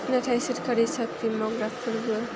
नाथाय सोरखारि साख्रि मावग्राफोरबो